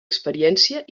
experiència